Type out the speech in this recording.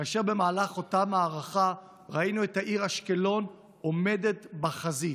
ובמהלך אותה מערכה ראינו את העיר אשקלון עומדת בחזית.